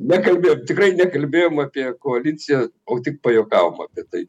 nekalbėjom tikrai nekalbėjom apie koaliciją o tik pajuokavom apie tai